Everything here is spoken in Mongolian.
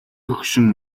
хөгшин